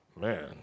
man